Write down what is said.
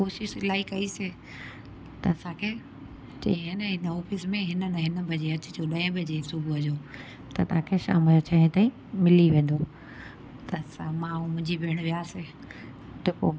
कोशिश इलाही कईसीं त असांखे चयईं एन हिन ऑफिस में हिन न हिन बजे अचिजो ॾह बजे सुबुह जो त तव्हांखे शाम जो छह ताईं मिली वेंदो त असां मां ऐं मुंजी भेणु वियासीं त पोइ